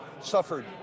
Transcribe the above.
suffered